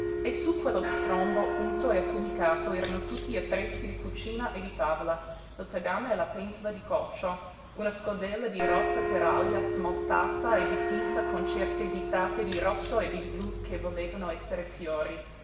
e su quello strombo unto e affumicato erano tutti gli attrezzi di cucina e di tavola il tegame e la pentola di coccio una scodella di rozza terraglia smaltata e dipinta con certe ditate di rosso e di blu che volevano esser fiori